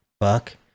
fuck